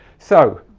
so